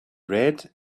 red